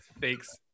thanks